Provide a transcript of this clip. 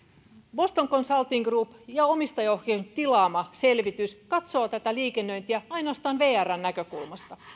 boston consulting group ja omistajaohjausosaston tilaama selvitys katsoo tätä liikennöintiä ainoastaan vrn näkökulmasta